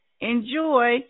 Enjoy